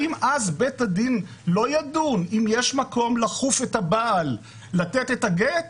האם אז בית הדין לא ידון אם יש מקום לכוף את הבעל לתת את הגט?